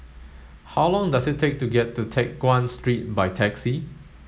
how long does it take to get to Teck Guan Street by taxi